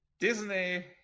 Disney